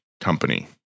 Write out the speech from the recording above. company